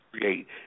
create